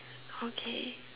okay